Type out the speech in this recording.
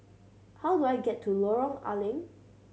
how do I get to Lorong Ah Leng